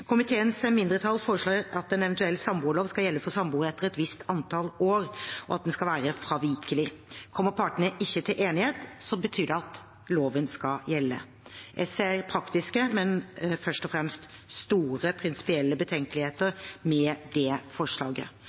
mindretall foreslår at en eventuell samboerlov skal gjelde for samboere etter et visst antall år, og at den skal være fravikelig. Kommer partene ikke til enighet, betyr det at loven skal gjelde. Jeg ser praktiske, men først og fremst store prinsipielle betenkeligheter med det forslaget.